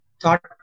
thought